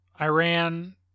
Iran